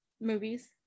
movies